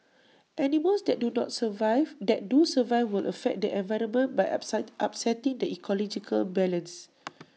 animals that do not survive that do survive would affect the environment by upset upsetting the ecological balance